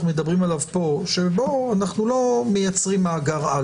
מדברים עליו פה שבו אנחנו לא מייצרים מאגר-על